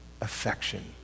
affection